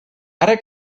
ara